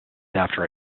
after